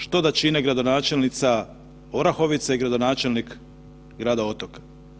Što da čine gradonačelnica Orahovice i gradonačelnik grada Otoka?